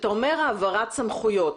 כשאתה אומר העברת סמכויות,